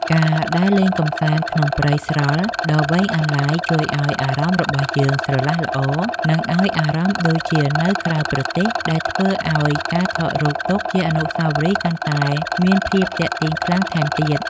ការដើរលេងកម្សាន្តក្នុងព្រៃស្រល់ដ៏វែងអន្លាយជួយឱ្យអារម្មណ៍របស់យើងស្រឡះល្អ និង ឱ្យអារម្មណ៍ដូចជានៅក្រៅប្រទេសដែលធ្វើឱ្យការថតរូបទុកជាអនុស្សាវរីយ៍កាន់តែមានភាពទាក់ទាញខ្លាំងថែមទៀត។